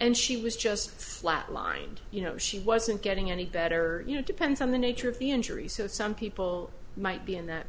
and she was just flat lined you know she wasn't getting any better you know depends on the nature of the injuries so some people might be in that